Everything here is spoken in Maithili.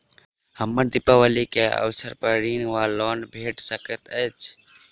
हमरा दिपावली केँ अवसर पर ऋण वा लोन भेट सकैत अछि?